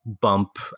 bump